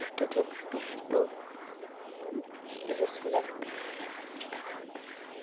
doctor जब आते हैं तो हमलोग जैसे सूई लगाते हैं दवा देते हैं